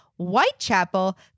Whitechapel